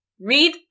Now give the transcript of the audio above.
read